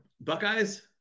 Buckeyes